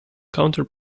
counter